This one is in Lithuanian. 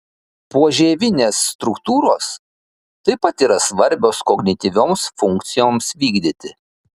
požievinės struktūros taip pat yra svarbios kognityvioms funkcijoms vykdyti